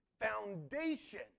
Foundation